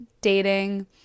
dating